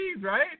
right